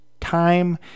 time